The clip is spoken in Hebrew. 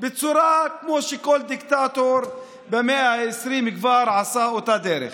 כמו שכל דיקטטור במאה העשרים כבר עשה את אותה דרך.